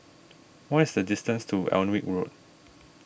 what is the distance to Alnwick Road